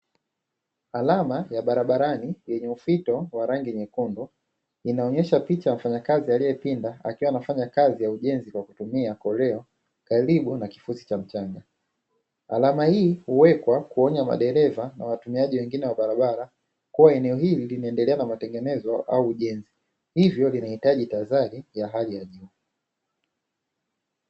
Alama ya barabarani yenye ufito wa rangi nyekundu inaonyesha picha ya mfanyakazi aliepinda akiwa anafanya kazi ya ujenzi kwa kutumia koleo, karibu na kifusi cha mchanga. Alama hii huwekwa kuonya madereva na watumiaji wengine wa barabara, kua eneo hili linaendelea na matengenezo au ujenzi hivyo linahitaji tahadhari ya hali ya juu.